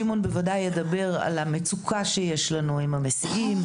שמעון, בוודאי ידבר על המצוקה שיש לנו עם המסיעים.